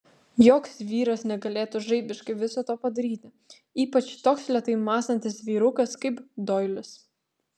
joks vyras negalėtų žaibiškai viso to padaryti ypač toks lėtai mąstantis vyrukas kaip doilis